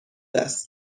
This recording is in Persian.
است